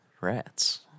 Rats